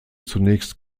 zunächst